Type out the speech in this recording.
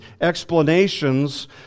explanations